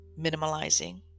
minimalizing